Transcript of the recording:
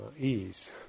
ease